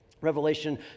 Revelation